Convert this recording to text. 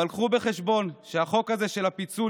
אבל קחו בחשבון שהחוק הזה של הפיצול,